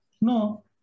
No